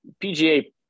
PGA